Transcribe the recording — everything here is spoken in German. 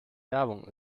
werbung